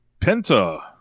Penta